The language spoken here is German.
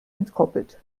entkoppelt